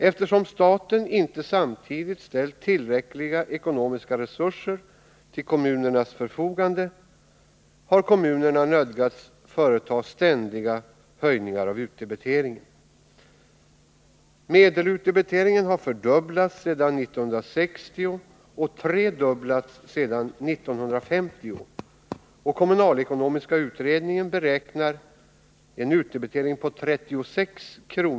Eftersom staten inte samtidigt har ställt tillräckliga ekonomiska resurser till kommunernas förfogande, har kommunerna nödgats företa ständiga höjningar av utdebiteringen. Medelutdebiteringen har fördubblats sedan 1960 och tredubblats sedan 1950, och kommunalekonomiska utredningen beräknar en utdebitering på 36 kr.